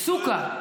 סוקה.